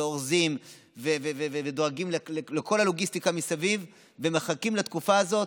אורזים ודואגים לכל הלוגיסטיקה מסביב ומחכים לתקופה הזאת.